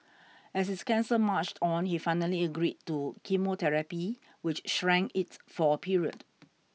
as his cancer marched on he finally agreed to chemotherapy which shrank it for a period